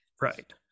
Right